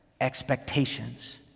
expectations